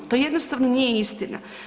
To jednostavno nije istina.